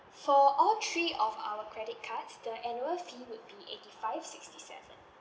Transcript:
for all three of our credit cards the annual fee would be eighty five sixty seven